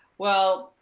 well,